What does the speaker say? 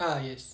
ah yes